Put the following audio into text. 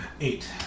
Eight